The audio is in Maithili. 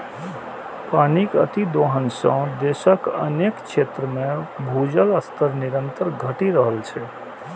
पानिक अतिदोहन सं देशक अनेक क्षेत्र मे भूजल स्तर निरंतर घटि रहल छै